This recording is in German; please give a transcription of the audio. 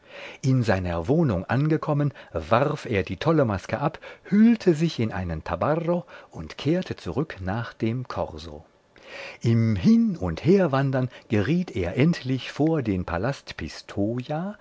in seiner wohnung angekommen warf er die tolle maske ab hüllte sich in einen tabarro und kehrte zurück nach dem korso im hin und herwandern geriet er endlich vor den palast pistoja und